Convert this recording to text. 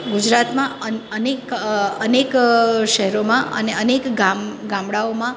ગુજરાતમાં અ અનેક અનેક શહેરોમાં અને અનેક ગામ ગામડાઓમાં